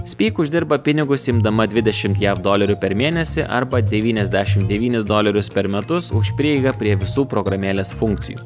speak uždirba pinigus imdama dvidešimt jav dolerių per mėnesį arba devyniasdešimt devynis dolerius per metus už prieigą prie visų programėlės funkcijų